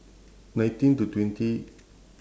nineteen to twenty